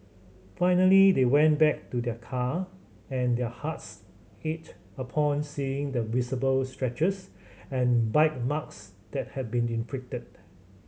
finally they went back to their car and their hearts ached upon seeing the visible scratches and bite marks that had been inflicted